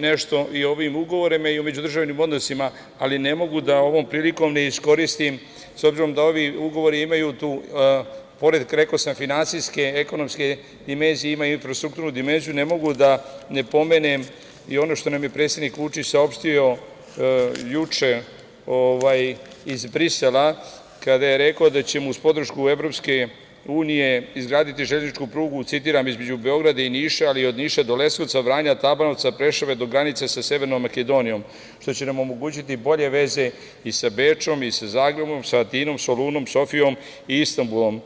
nešto i ovim ugovorima i o međudržavnim odnosima, ali ne mogu da ovom prilikom ne iskoristim, s obzirom da ovi ugovori imaju, rekao sam, pored finansijske, ekonomske dimenzije, infrastrukturnu dimenziju, ne mogu da ne pomenem i ono što nam je predsednik Vučić saopštio juče iz Brisela, kada je rekao da ćemo uz podršku EU izgraditi železničku prugu, citiram, između Beograda i Niša, ali i od Niša do Leskovca, Vranja, Tabanovca, Preševa, do granice sa Severnom Makedonijom, što će nam omogućiti bolje veze i sa Bečom i sa Zagrebom, sa Atinom, Solunom, Sofijom i Istanbulom.